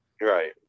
right